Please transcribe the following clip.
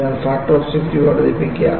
അതിനാൽ factor of safety വർദ്ധിപ്പിക്കുക